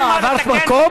עברת מקום?